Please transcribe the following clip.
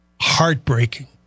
heartbreaking